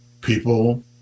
people